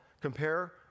compare